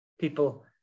people